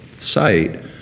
site